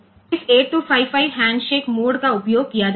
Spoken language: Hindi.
तो इस 8255 हैंडशेक मोड का उपयोग किया जा सकता है